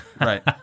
Right